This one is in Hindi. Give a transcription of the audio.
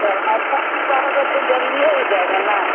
सर आपकी कृपा होगी तओ जल्दी ही हो जाएगा ना